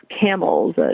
camels